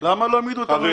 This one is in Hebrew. למה לא העמידו אותנו לדין?